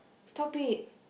stop it